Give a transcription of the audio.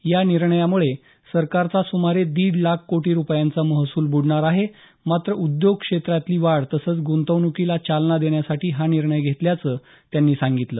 या निर्णयामुळे सरकारचा सुमारे दीड लाख कोटी रुपयांचा महसूल बूडणार आहे मात्र उद्योग क्षेत्रातली वाढ तसंच ग्रंतवणुकीला चालना देण्यासाठी हा निर्णय घेतल्याचं त्यांनी सांगितलं